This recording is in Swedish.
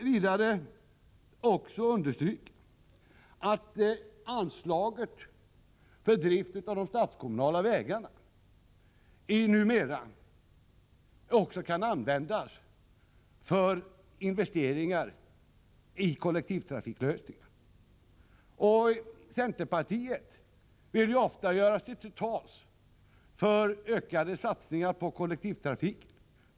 Vidare vill jag understryka att anslaget för drift av de statskommunala vägarna numera också kan användas för investeringar i kollektivtrafiklösningar. Centern vill ofta göra sig till tolk för ökade satsningar på kollektivtrafiken.